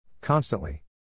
Constantly